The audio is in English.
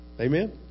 Amen